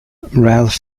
ralph